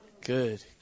Good